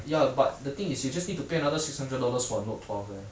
ya but the thing is you just need to pay another six hundred dollars for a note twelve eh